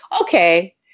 okay